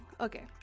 Okay